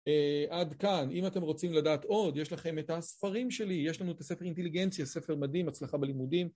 עד כאן, אם אתם רוצים לדעת עוד, יש לכם את הספרים שלי, יש לנו את הספר אינטליגנציה, ספר מדהים, הצלחה בלימודים.